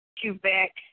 Quebec